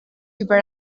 über